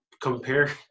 compare